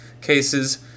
cases